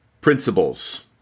principles